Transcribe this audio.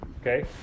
okay